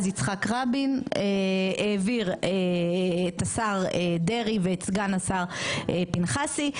יצחק רבין העביר את השר דרעי ואת סגן השר פנחסי.